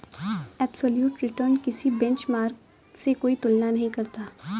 absolute return किसी benchmark से कोई तुलना नहीं करता